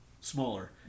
smaller